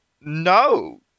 no